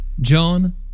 John